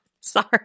Sorry